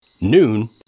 noon